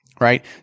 right